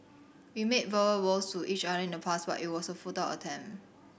we made verbal vows to each other in the past but it was a futile attempt